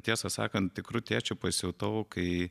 tiesą sakant tikru tėčiu pasijutau kai